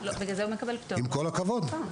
עם כל הכבוד.